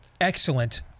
excellent